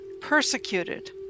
persecuted